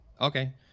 Okay